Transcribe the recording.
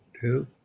two